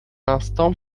l’instant